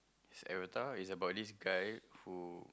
is Arrow the is about this guy who